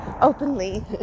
openly